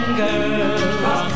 girls